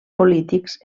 polítics